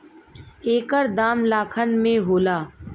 एकर दाम लाखन में होला